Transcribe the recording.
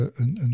een